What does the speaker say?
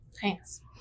Thanks